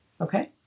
okay